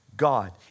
God